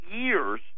years